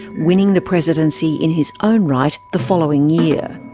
winning the presidency in his own right the following year.